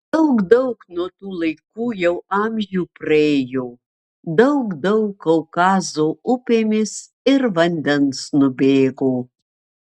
daug daug nuo tų laikų jau amžių praėjo daug daug kaukazo upėmis ir vandens nubėgo